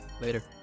Later